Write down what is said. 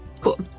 Cool